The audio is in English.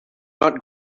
not